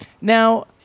now